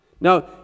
Now